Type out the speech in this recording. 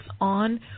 on